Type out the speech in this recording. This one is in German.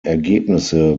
ergebnisse